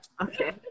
okay